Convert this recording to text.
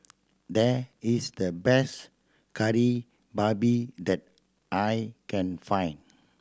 that is the best Kari Babi that I can find